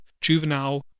juvenile